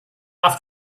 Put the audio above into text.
off